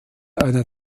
einer